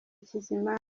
kizima